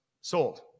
sold